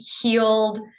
healed